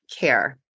care